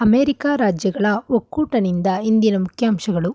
America ರಾಜ್ಯಗಳ ಒಕ್ಕೂಟನಿಂದ ಇಂದಿನ ಮುಖ್ಯಾಂಶಗಳು